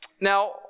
Now